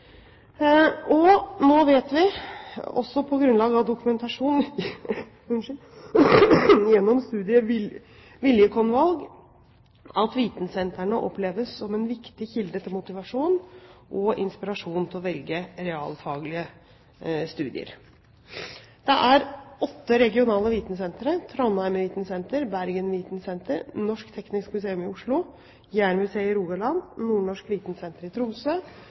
Nå vet vi også på grunnlag av dokumentasjon gjennom studie Vilje-con-valg at vitensentrene oppleves som en viktig kilde til motivasjon og inspirasjon til å velge realfaglige studier. Det er åtte regionale vitensentre: Trondheim vitensenter, Bergen Vitensenter, Norsk Teknisk Museum i Oslo, Jærmuseet i Rogaland, Nordnorsk vitensenter i Tromsø,